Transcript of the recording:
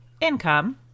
income